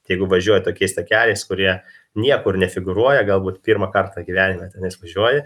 jiegu važiuoji tokiais takeliais kurie niekur nefigūruoja galbūt pirmą kartą gyvenime tenais važiuoji